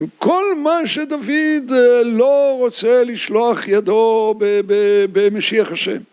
כל מה שדוד לא רוצה לשלוח ידו במשיח השם